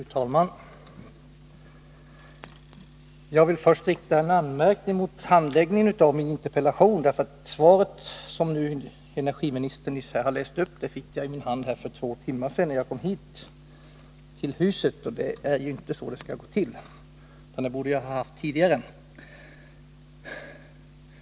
Fru talman! Jag vill först rikta en anmärkning mot handläggningen av min interpellation, därför att svaret, som energiministern här nyss har läst upp, fick jag i min hand för två timmar sedan, när jag kom hit till huset. Det är inte så det skall gå till, utan jag borde ha haft det tidigare.